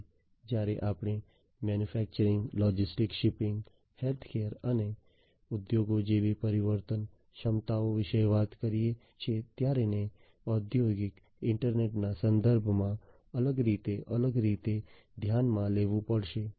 તેથી જ્યારે આપણે મેન્યુફેક્ચરિંગ લોજિસ્ટિક્સ શીપિંગ હેલ્થકેર અને ઉદ્યોગો જેવી પરિવર્તન ક્ષમતાઓ વિશે વાત કરીએ છીએ ત્યારે ને ઔદ્યોગિક ઇન્ટરનેટના સંદર્ભમાં અલગ રીતે અલગ રીતે ધ્યાનમાં લેવું પડશે